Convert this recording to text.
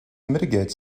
mitigate